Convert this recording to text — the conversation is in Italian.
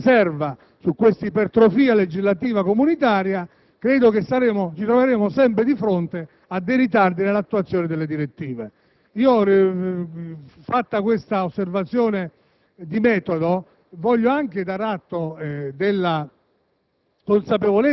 ferma restando la riserva per questa ipertrofia legislativa comunitaria, saremo sempre di fronte a ritardi nell'attuazione delle direttive. Fatta questa affermazione di metodo, voglio anche dare atto della